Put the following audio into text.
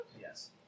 Yes